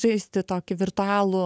žaisti tokį virtualų